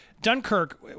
Dunkirk